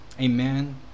Amen